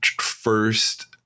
first